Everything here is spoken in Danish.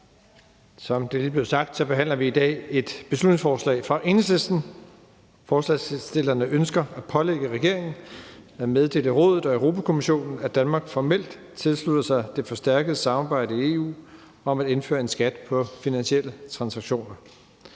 Som det lige blev sagt, behandler vi i dag et beslutningsforslag fra Enhedslisten. Forslagsstillerne ønsker at pålægge regeringen at meddele Rådet og Europa-Kommissionen, at Danmark formelt tilslutter sig det forstærkede samarbejde i EU om at indføre en skat på finansielle transaktioner.